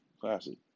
classic